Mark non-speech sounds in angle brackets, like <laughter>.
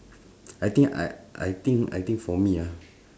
<breath> I think I I think I think for me ah